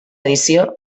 edició